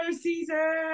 season